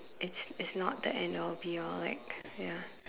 it's it's not the end or be all like ya